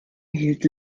hielt